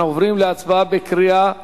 אנחנו עוברים להצבעה בקריאה שנייה.